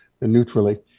neutrally